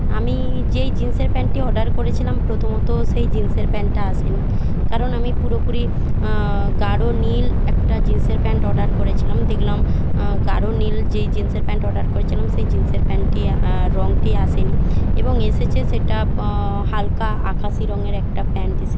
আমি যেই জিন্সের প্যান্টটি অর্ডার করেছিলাম প্রথমত সেই জিন্সের প্যান্টটা আসেনি কারণ আমি পুরোপুরি গাঢ় নীল একটা জিন্সের প্যান্ট অর্ডার করেছিলাম দেখলাম গাঢ় নীল যেই জিন্সের প্যান্ট অর্ডার করেছিলাম সেই জিন্সের প্যান্টটি রংটি আসেনি এবং এসেছে সেটা হালকা আকাশি রঙের একটা প্যান্ট এসেছে